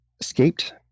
escaped